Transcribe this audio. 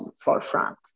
forefront